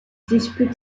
dispute